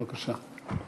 בבקשה.